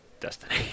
destiny